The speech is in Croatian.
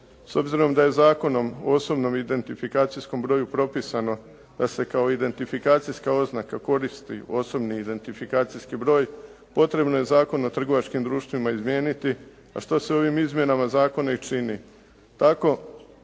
S obzirom da je Zakonom o osobnom identifikacijskom broju propisano da se kao identifikacijska oznaka koristi osobni identifikacijski broj, potrebno je Zakon o trgovačkim društvima izmijeniti, a što se ovim izmjenama zakona i čini